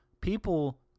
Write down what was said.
people